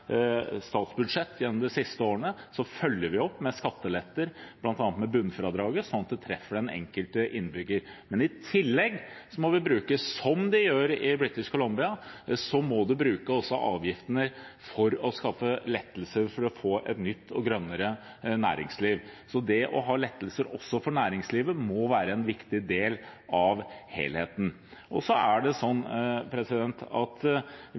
statsbudsjett gjennom de siste årene har vi fulgt opp med skatteletter, bl.a. bunnfradraget, sånn at det treffer den enkelte innbygger. Men i tillegg må vi – som de gjør i Britisk Columbia – bruke avgiftene for å skape lettelser, for å få et nytt og grønnere næringsliv. Så det å ha lettelser også for næringslivet må være en viktig del av helheten. Vi må også bruke inntektene våre for å få til endringene, enten det